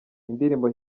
indirimbo